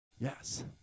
Yes